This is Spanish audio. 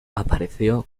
apareció